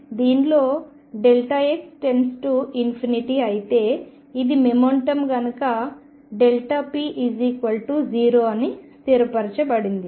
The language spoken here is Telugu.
కాబట్టి దీనిలో x→∞ అయితే ఇది మొమెంటం కనుక p0 అని స్థిరపరచబడింది